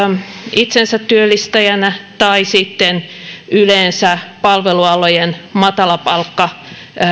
itsensätyöllistäjänä tai sitten yleensä palvelualojen matalapalkka